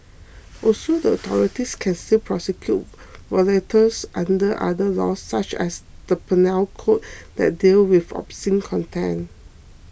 also the authorities can still prosecute violators under other laws such as the Penal Code that deal with obscene content